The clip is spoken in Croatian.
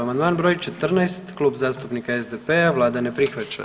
Amandman broj 14 Kluba zastupnika SDP-a, Vlada ne prihvaća.